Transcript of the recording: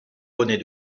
bonnet